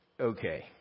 okay